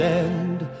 end